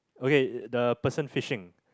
okay the person fishing